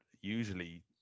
usually